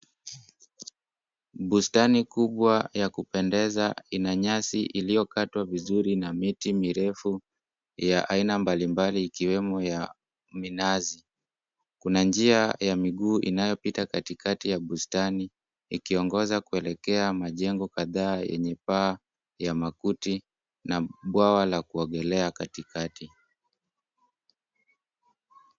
Bustani kubwa ya kupendeza ina nyasi iliyokatwa vizuri na miti mirefu ya aina mbalimbali ikiwemo ya minazi. Kuna njia ya miguu inayopita katikati ya bustani ikiongoza kuelekea majengo kadhaa yenye paa ya matuki na bwawa la kuogelea katikati.